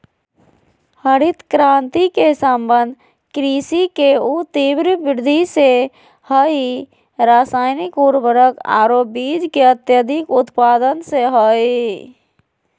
हरित क्रांति के संबंध कृषि के ऊ तिब्र वृद्धि से हई रासायनिक उर्वरक आरो बीज के अत्यधिक उत्पादन से हई